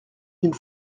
d’une